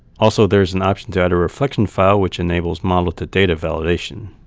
also, there is an option to add a reflection file, which enables model to data validation.